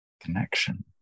connection